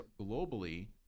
globally